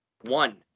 one